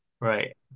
Right